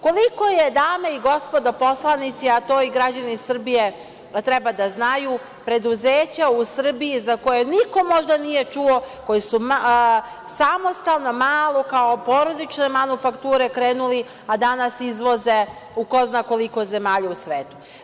Koliko je, dame i gospodo, poslanici, a to i građani Srbije treba da znaju, preduzeća u Srbiji za koje niko možda nije čuo, koja su samostalna, kao male, kao porodične manufakture krenuli, a danas izvoze u ko zna koliko zemalja u svetu?